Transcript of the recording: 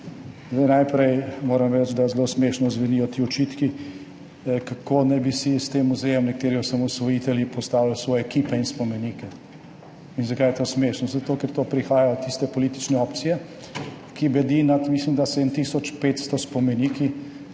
Najprej moram reči, da zelo smešno zvenijo ti očitki, kako naj bi si s tem muzejem nekateri osamosvojitelji postavili svoje ekipe in spomenike. In zakaj je to smešno? Zato, ker to prihaja od tiste politične opcije, ki bedi nad, mislim, da 7 tisoč 500 spomeniki